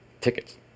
tickets